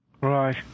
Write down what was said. right